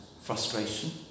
Frustration